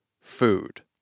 food